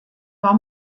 war